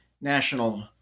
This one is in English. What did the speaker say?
national